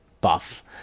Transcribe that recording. Buff